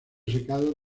secado